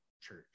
church